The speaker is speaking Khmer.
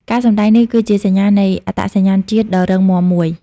ការសម្តែងនេះគឺជាសញ្ញានៃអត្តសញ្ញាណជាតិដ៏រឹងមាំមួយ។